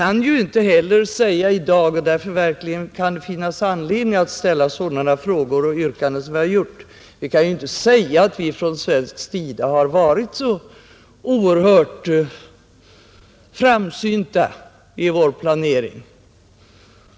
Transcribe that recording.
Men vi kan inte heller i dag säga — och därför kan det finnas anledning att ställa sådana frågor och yrkanden som vi har gjort — att vi på svensk sida har varit så oerhört framsynta i vår planering.